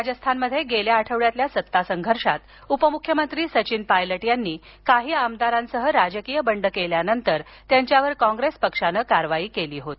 राजस्थानमध्ये गेल्या आठवड्यातील सत्तासंघर्षात उपमुख्यमंत्री सचिन पायलट यांनी काही आमदारांसह राजकीय बंड केल्यानंतर त्यांच्यावर कॉंग्रेस पक्षानं कारवाई केली होती